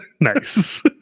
nice